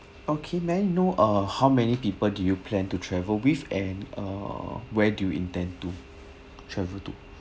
okay may I know uh how many people do you plan to travel with and uh where do you intend to travel to